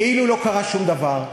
כאילו לא קרה שום דבר,